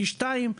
ב.2.